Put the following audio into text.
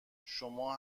شما